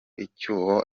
icyuho